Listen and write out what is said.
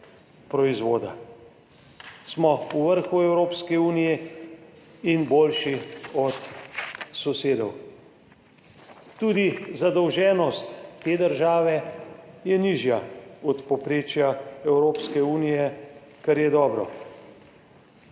proizvoda. Smo v vrhu Evropske unije in boljši od sosedov. Tudi zadolženost te države je nižja od povprečja Evropske unije, kar je dobro.